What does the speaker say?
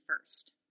first